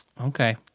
Okay